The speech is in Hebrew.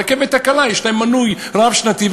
ברכבת הקלה יש להם מינוי רב-שנתי,